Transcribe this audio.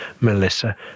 melissa